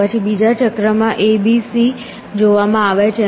પછી બીજા ચક્રમાં a b અને c જોવામાં આવે છે